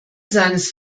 seines